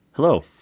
hello